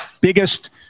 biggest